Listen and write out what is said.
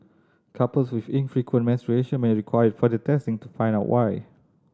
couples with infrequent menstruation may require further testing to find out why